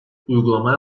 uygulamaya